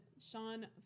Sean